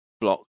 block